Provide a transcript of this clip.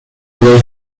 over